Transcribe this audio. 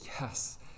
yes